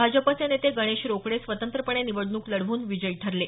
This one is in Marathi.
भाजपचे नेते गणेश रोकडे स्वतंत्रपणे निवडणूक लढवून विजयी ठरले